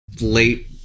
late